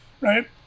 right